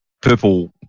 Purple